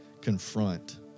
confront